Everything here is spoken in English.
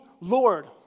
Lord